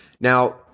Now